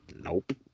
Nope